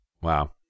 Wow